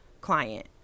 client